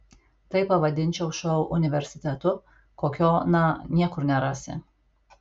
tai pavadinčiau šou universitetu kokio na niekur nerasi